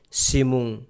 simung